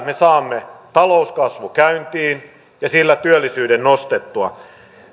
me saamme talouskasvun käyntiin ja sillä työllisyyden nostettua